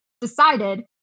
decided